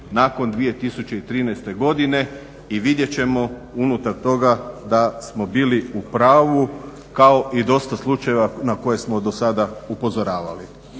nakon 2013. godine i vidjet ćemo unutar toga da smo bili u pravu kao i dosta slučajeva na koje smo do sada upozoravali,